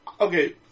okay